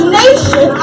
nation